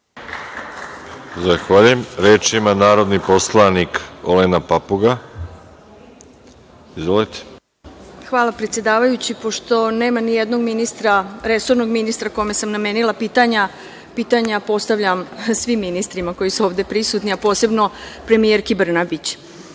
Zahvaljujem. Reč ima narodni poslanik Olena Papuga. Izvolite. **Olena Papuga** Hvala, predsedavajući. Pošto nema ni jednog resornog ministra kome sam namenila pitanja, pitanja postavljam svim ministrima koji su ovde prisutni, a posebno premijerki Brnabić. Prvo